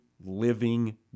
living